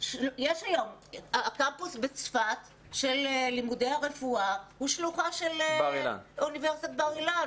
יש היום את הקמפוס בצפת לרפואה שהוא שלוחה של אוניברסיטת בר אילן.